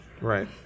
Right